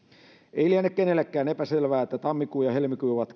ei liene kenellekään epäselvää että tammikuu ja helmikuu ovat